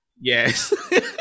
yes